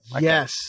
Yes